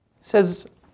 says